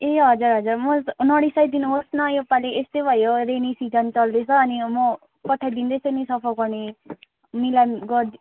ए हजुर हजुर म नरिसाइदिनुहोस न योपालि यस्तै भयो रेनी सिजन चल्दैछ अनि मो पठाइदिँदैछु नि सफा गर्ने निलाम गर्दि